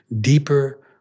deeper